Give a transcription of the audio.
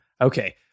Okay